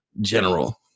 general